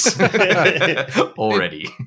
already